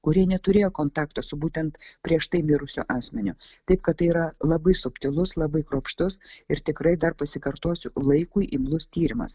kurie neturėjo kontakto su būtent prieš tai mirusiu asmeniu taip kad tai yra labai subtilus labai kruopštus ir tikrai dar pasikartosiu laikui imlus tyrimas